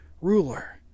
ruler